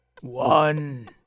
One